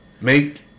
make